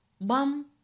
BAM